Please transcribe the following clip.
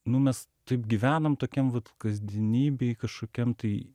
nu mes taip gyvenam tokiam vat kasdienybėj kažkokiam tai